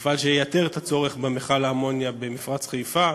מפעל שייתר את הצורך במכל האמוניה במפרץ חיפה,